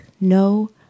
no